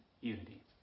unity